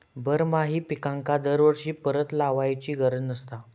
बारमाही पिकांका दरवर्षी परत लावायची गरज नसता